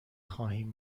خواهیم